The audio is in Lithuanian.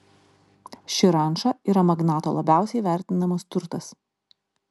ši ranča yra magnato labiausiai vertinamas turtas